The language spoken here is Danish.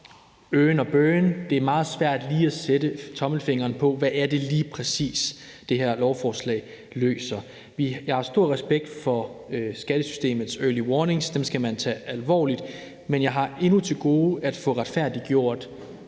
øh og bøh, og det er meget svært lige at sætte fingeren på, hvad det lige præcis er, det her lovforslag løser. Jeg har stor respekt for skattesystemets early warnings, dem skal man tage alvorligt, men jeg har endnu til gode at få retfærdiggjort,